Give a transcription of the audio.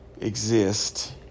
exist